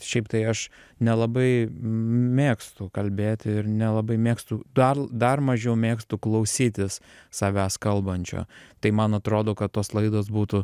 šiaip tai aš nelabai m mėgstu kalbėti ir nelabai mėgstu dar dar mažiau mėgstu klausytis savęs kalbančio tai man atrodo kad tos laidos būtų